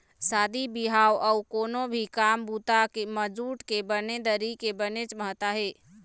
शादी बिहाव अउ कोनो भी काम बूता म जूट के बने दरी के बनेच महत्ता हे